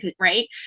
Right